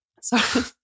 Sorry